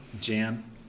Jan